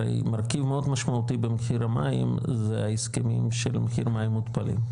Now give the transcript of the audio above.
הרי מרכיב מאוד משמעותי במחיר המים זה ההסכמים של מחיר מים מותפלים,